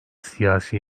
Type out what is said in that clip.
siyasi